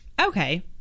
Okay